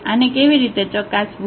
આને કેવીરીતે ચકાસવું